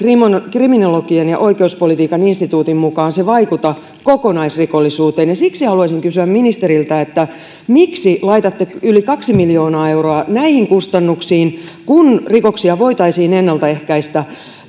kriminologian ja oikeuspolitiikan instituutin mukaan vaikuta kokonaisrikollisuuteen ja siksi haluisin kysyä ministeriltä miksi laitatte yli kaksi miljoonaa euroa näihin kustannuksiin kun rikoksia voitaisiin ennaltaehkäistä